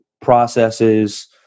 processes